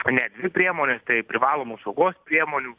net dvi priemonės tai privalomų saugos priemonių